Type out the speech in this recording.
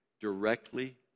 directly